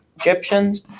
egyptians